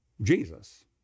Jesus